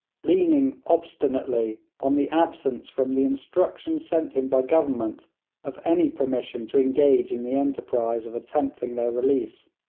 leaning obstinately on the absence from the instructions sent him by government of any permission to engage in the enterprise of attempting their release.